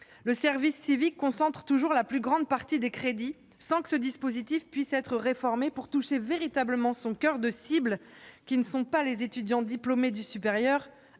le service civique concentre toujours la plus grande partie des crédits, sans que le dispositif puisse être réformé pour toucher véritablement son coeur de cible, que ne constituent pas les étudiants diplômés du supérieur